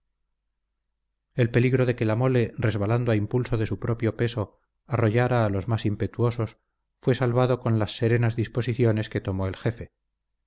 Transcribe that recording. el peligro de que la mole resbalando a impulso de su propio peso arrollara a los más impetuosos fue salvado con las serenas disposiciones que tomó el jefe